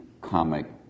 comic